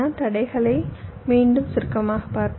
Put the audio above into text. தடைகளை மீண்டும் சுருக்கமாகக் பார்ப்போம்